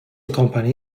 company